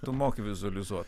tu moki vizualizuot